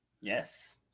Yes